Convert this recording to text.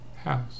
house